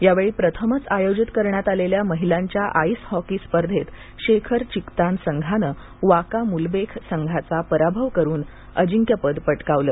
यावेळी प्रथमच आयोजित करण्यात आलेल्या महिलांच्या आईस हॉकी स्पर्धेत शेकर चिकतान संघानं वाखा मूलबेख संघाचा पराभव करून अजिंक्यपद पटकावलं